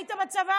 היית בצבא?